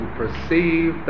perceive